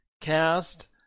cast